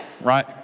right